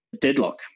deadlock